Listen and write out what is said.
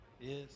Yes